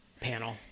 Panel